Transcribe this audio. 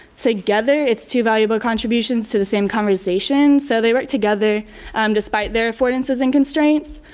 together its two valuable contributions to the same conversation. so they work together um despite their affordances and constraints.